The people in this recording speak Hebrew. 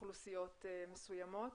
לאוכלוסיות מסוימות.